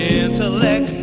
intellect